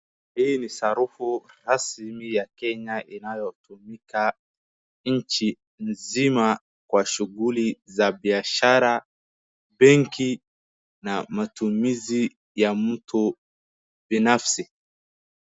Hii ni sarufu rasmi ya Kenya inayotumika nchi zima kwa shughuli za biashara, benki na matumizi ya mtu binafsi.